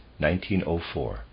1904